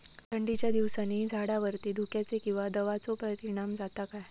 थंडीच्या दिवसानी झाडावरती धुक्याचे किंवा दवाचो परिणाम जाता काय?